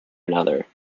another